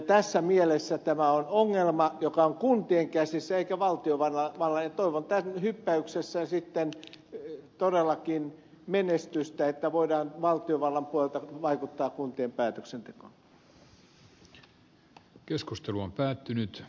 tässä mielessä tämä on ongelma joka on kuntien käsissä eikä valtiovallan ja toivon tässä hyppäyksessä sitten todellakin menestystä että voidaan valtiovallan puolelta vaikuttaa kuntien päätöksentekoon